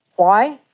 why?